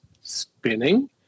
spinning